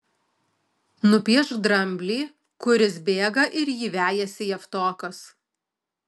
nupiešk dramblį kuris bėga ir jį vejasi javtokas